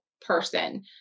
person